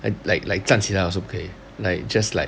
like like like 站起来 also 不可以 like just like